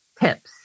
tips